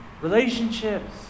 Relationships